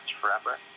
forever